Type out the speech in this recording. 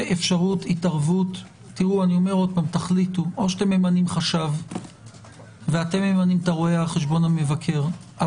תחליטו - או אתם ממנים חשב ואתם ממנים את רואה החשבון המבקר,